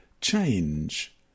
change